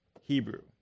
Hebrew